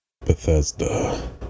Bethesda